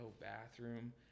bathroom